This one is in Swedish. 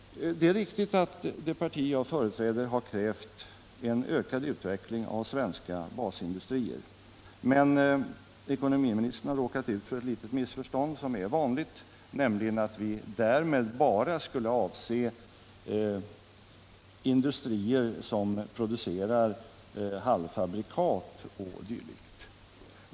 Det är riktigt att det parti jag företräder har krävt en ökad utveckling av svensk basindustri. Men ekonomiministern har råkat ut för ett litet missförstånd som är vanligt, nämligen att vi därmed bara skulle avse industrier som producerar halvfabrikat o. d.